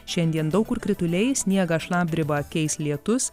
šiandien daug kur krituliai sniegą šlapdribą keis lietus